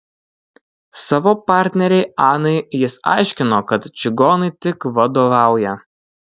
savo partnerei anai jis aiškino kad čigonai tik vadovauja